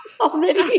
already